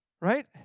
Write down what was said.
Right